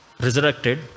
resurrected